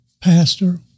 pastor